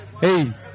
hey